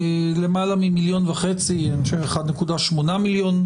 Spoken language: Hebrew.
ללמעלה ממיליון וחצי אני חושב 1.8 מיליון,